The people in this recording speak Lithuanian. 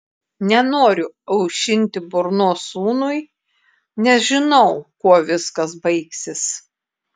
nenoriu aušinti burnos sūnui nes žinau kuo viskas baigsis